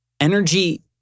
energy